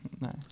Nice